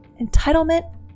Entitlement